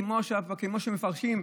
כמו שמפרשים,